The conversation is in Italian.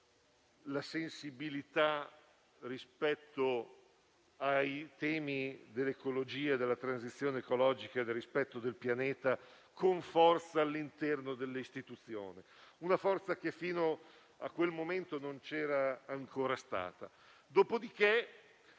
sensibilità rispetto ai temi dell'ecologia, della transizione ecologica e del rispetto del pianeta, con forza all'interno dell'istituzione; una forza che fino a quel momento non c'era ancora stata. Dopodiché,